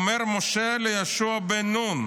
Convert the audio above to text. "ויאמר משה אל יהושע" בן נון,